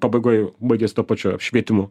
pabaigoj baigiasi tuo pačiu apšvietimu